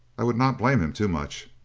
i would not blame him too much.